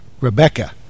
Rebecca